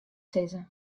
sizze